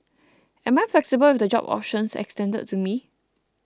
am I flexible with the job options extended to me